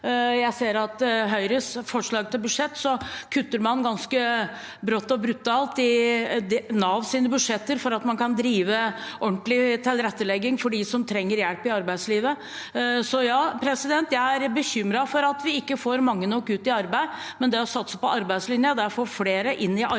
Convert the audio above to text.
Jeg ser at Høyre i sitt forslag til budsjett kutter ganske brått og brutalt i Navs budsjetter for å drive ordentlig tilrettelegging for dem som trenger hjelp i arbeidslivet. Så ja, jeg er bekymret for at vi ikke får mange nok ut i arbeid, men det å satse på arbeidslinjen er å få flere inn i arbeid.